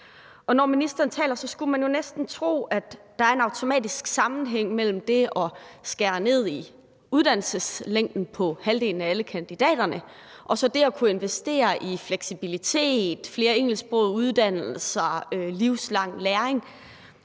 når ministeren taler, skulle man jo næsten tro, at der er en automatisk sammenhæng mellem det at skære ned i uddannelseslængden på halvdelen af alle kandidaterne og så det at kunne investere i fleksibilitet, flere engelsksprogede uddannelser og livslang læring.